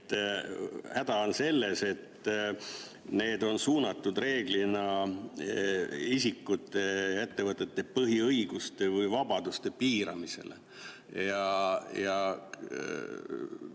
Häda on selles, et need on suunatud reeglina isikute ja ettevõtete põhiõiguste või -vabaduste piiramisele.